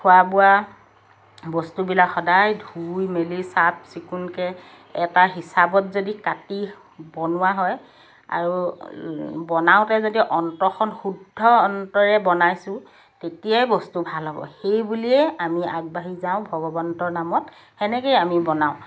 খোৱা বোৱা বস্তুবিলাক সদায় ধুই মেলি চাফ চিকুণকৈ এটা হিচাপত যদি কাটি বনোৱা হয় আৰু বনাওঁতে যদি অন্তৰখন শুদ্ধ অন্তৰৰে বনাইছোঁ তেতিয়াই বস্তু ভাল হ'ব সেই বুলিয়ে আমি আগবাঢ়ি যাওঁ ভগৱন্তৰ নামত তেনেকেই আমি বনাওঁ